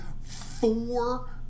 four